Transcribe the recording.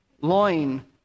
loin